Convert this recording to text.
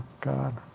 God